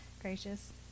gracious